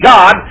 God